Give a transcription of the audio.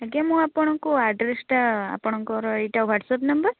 ଆଜ୍ଞା ମୁଁ ଆପଣଙ୍କୁ ଆଡ଼୍ରେସ୍ଟା ଆପଣଙ୍କର ଏଇଟା ୱାଟ୍ସଆପ୍ ନମ୍ବର